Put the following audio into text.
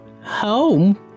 Home